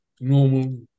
normal